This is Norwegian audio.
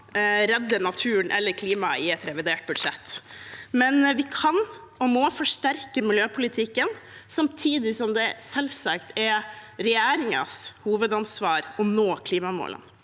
redde naturen eller klimaet i et revidert budsjett, men vi kan og må forsterke miljøpolitikken, samtidig som det selvsagt er regjeringens hovedansvar å nå klimamålene.